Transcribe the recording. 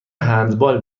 هندبال